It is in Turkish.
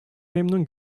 memnun